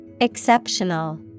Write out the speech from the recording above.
Exceptional